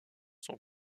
sont